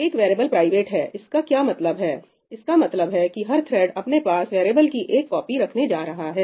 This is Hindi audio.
एक वेरिएबल प्राइवेट है इसका क्या मतलब है इसका मतलब है कि हर थ्रेड अपने पास वेरिएबल की एक कॉपी रखने जा रहा है